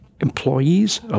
employees